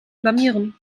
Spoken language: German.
blamieren